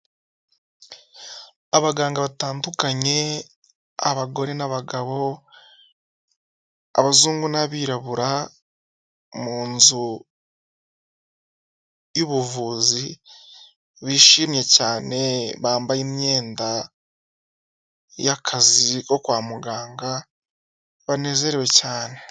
Abaganga batandukanye abagore n'abagabo, abazungu n'abirabura mu nzu yubuvuzi bishimye cyane bambaye imyenda yakazi ko kwa muganga banezerewe cyane.